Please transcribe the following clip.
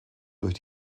durch